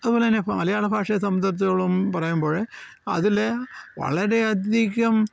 അതുപോലെ തന്നെ മലയാള ഭാഷയെ സംബന്ധിച്ചിടത്തോളം പറയുമ്പോൾ അതിൽ വളരെയധികം